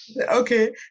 okay